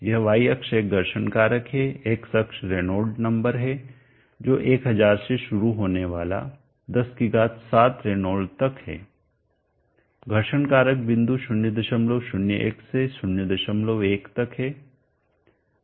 यह y अक्ष एक घर्षण कारक है x अक्ष रेनॉल्ड्स नंबर है जो 1000 से शुरू होने वाला 107 रेनॉल्ड्स तक है घर्षण कारक बिंदु 001 से 01 तक है